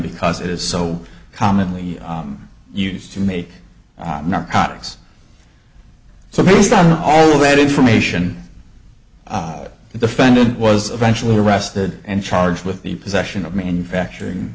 because it is so commonly used to make narcotics so based on all that information defendant was eventually arrested and charged with the possession of manufacturing